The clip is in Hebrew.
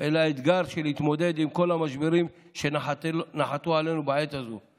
אל האתגר של התמודדות עם כל המשברים שנחתו עלינו בעת הזאת.